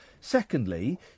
Secondly